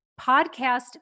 podcast